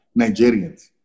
Nigerians